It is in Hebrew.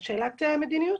זאת שאלת מדיניות.